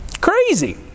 Crazy